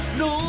no